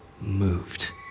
moved